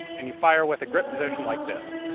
and you fire with a grip position like this.